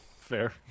Fair